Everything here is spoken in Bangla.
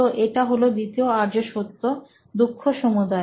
তো এটা হলো দ্বিতীয় আর্য সত্য দুঃখ সমুদায়